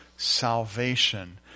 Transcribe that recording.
salvation